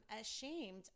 ashamed